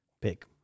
Pick